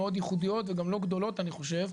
מאוד ייחודיות וגם לא גדולות אני חושב,